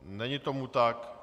Není tomu tak.